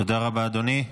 תודה רבה, אדוני.